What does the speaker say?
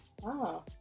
Wow